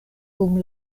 dum